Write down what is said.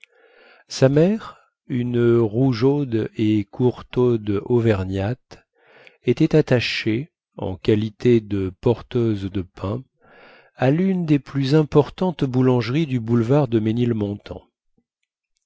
sa mère une rougeaude et courtaude auvergnate était attachée en qualité de porteuse de pain à lune des plus importantes boulangeries du boulevard de ménilmontant